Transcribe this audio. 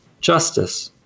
justice